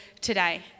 today